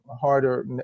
harder